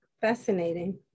fascinating